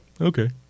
okay